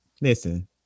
Listen